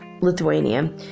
Lithuania